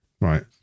Right